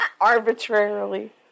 Arbitrarily